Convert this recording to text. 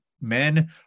men